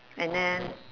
and then